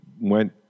went